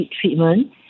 treatment